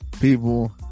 people